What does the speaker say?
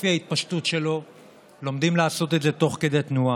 עם קצב ההתפשטות שלו ואופי ההתפשטות שלו תוך כדי תנועה.